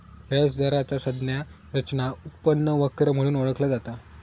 व्याज दराचा संज्ञा रचना उत्पन्न वक्र म्हणून ओळखला जाता